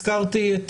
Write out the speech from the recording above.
הזכרתי את